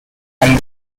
and